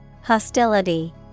Hostility